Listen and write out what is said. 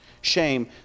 shame